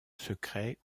secret